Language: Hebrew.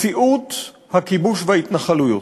מציאות הכיבוש וההתנחלויות.